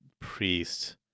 priest